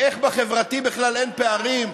ואיך בחברתי בכלל אין פערים.